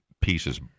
pieces